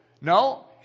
No